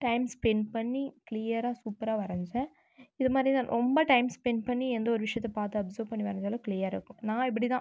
time spent பண்ணி க்ளியராக சூப்பராக வரைஞ்சேன் இதுமாதிரி தான் ரொம்ப டைம் ஸ்பென்ட் பண்ணி எந்த ஒரு விஷயத்த பார்த்து அப்சர்வ் பண்ணி வரைஞ்சாலும் க்ளியராக இருக்கும் நான் இப்படி தான்